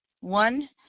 One